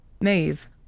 Maeve